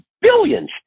billions